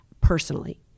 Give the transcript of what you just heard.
personally